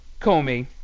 Comey